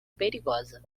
perigosa